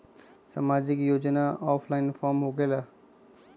समाजिक योजना offline form होकेला?